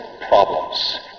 problems